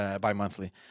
bi-monthly